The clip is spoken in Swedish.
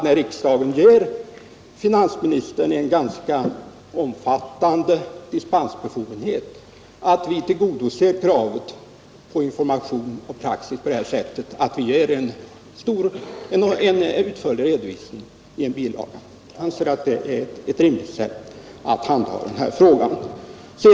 När riksdagen nu ger finansministern omfattande dispensbefogenheter är det väl rimligt att vi tillgodoser kravet på information och praxis på det sättet att vi får en utförlig redovisning i en bilaga. Det anser jag vara ett rimligt sätt att handlägga den här frågan på.